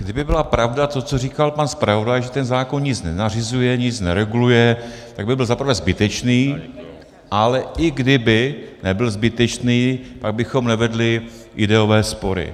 Kdyby byla pravda to, co říkal pan zpravodaj, že ten zákon nic nenařizuje, nic nereguluje, tak by byl zaprvé zbytečný, ale i kdyby nebyl zbytečný, tak bychom nevedli ideové spory.